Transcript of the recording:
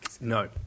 No